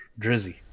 Drizzy